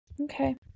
Okay